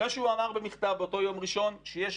אחרי שהוא אמר במכתב באותו יום ראשון שיש